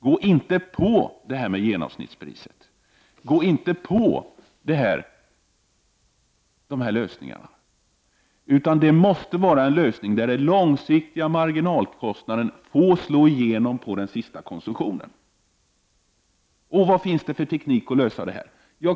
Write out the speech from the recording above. Gå inte på det här med genomsnittspriset och de här lösningarna! Det måste bli en lösning där den långsiktiga marginalkostnaden får slå igenom på konsumtionen i det sista ledet. Vad finns det då för teknik att tillgå för att lösa detta?